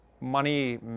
money